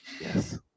yes